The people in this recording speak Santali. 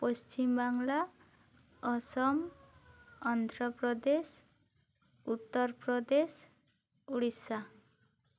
ᱯᱚᱥᱪᱤᱢ ᱵᱟᱝᱞᱟ ᱟᱥᱟᱢ ᱚᱱᱫᱷᱨᱚ ᱯᱨᱚᱫᱮᱥ ᱩᱛᱛᱚᱨ ᱯᱨᱚᱫᱮᱥ ᱳᱰᱤᱥᱟ